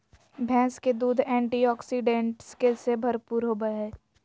भैंस के दूध एंटीऑक्सीडेंट्स से भरपूर होबय हइ